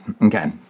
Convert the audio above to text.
Okay